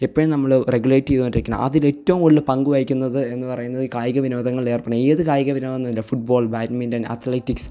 എപ്പഴും നമ്മള് റെഗുലേറ്റ് ചെയ്തുകൊണ്ടിരിക്കണം അതിലേറ്റവും കൂടുതല് പങ്ക് വഹിക്കുന്നത് എന്ന് പറയുന്നത് ഈ കായിക വിനോദങ്ങളിൽ ഏർപ്പെടുന്നത് ഏത് കായിക വിനോദം എന്നില്ല ഫുട്ബോള് ബാഡ്മിന്റണ് അത്ലെറ്റിക്സ്